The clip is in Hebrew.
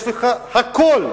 יש לך הכול.